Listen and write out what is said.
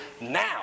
now